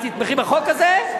את תתמכי בחוק הזה?